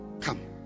Come